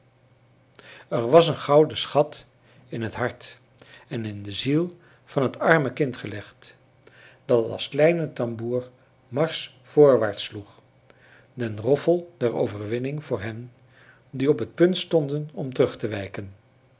er was een gouden schat in het hart en in de ziel van het arme kind gelegd dat als kleine tamboer marsch voorwaarts sloeg den roffel der overwinning voor hen die op het punt stonden om terug te wijken